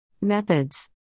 Methods